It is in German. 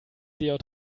djh